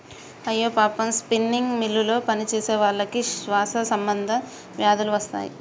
అయ్యో పాపం స్పిన్నింగ్ మిల్లులో పనిచేసేవాళ్ళకి శ్వాస సంబంధ వ్యాధులు వస్తాయి